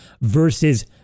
versus